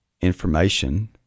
information